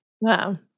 Wow